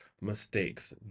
mistakes